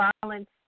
violence